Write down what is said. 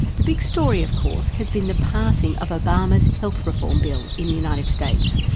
the big story of course has been the passing of obama's health reform bill in the united states.